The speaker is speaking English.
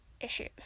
issues